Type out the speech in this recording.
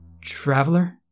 Traveler